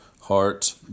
heart